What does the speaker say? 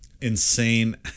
insane